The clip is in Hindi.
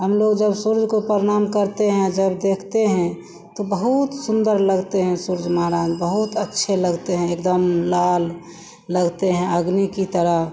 हमलोग जब सूर्य को परनाम करते हैं जब देखते हैं तो बहुत सुन्दर लगते हैं सूर्य महाराज बहुत अच्छे लगते हैं एकदम लाल लगते हैं अग्नि की तरह